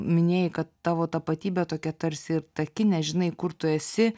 minėjai kad tavo tapatybė tokia tarsi ir taki nežinai kur tu esi